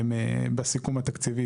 בסיכום התקציבי,